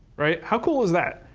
right? how cool is that?